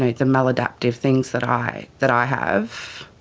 the maladaptive things that i that i have,